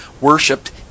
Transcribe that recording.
worshipped